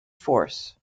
force